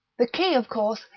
the key, of course,